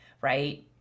right